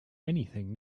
anything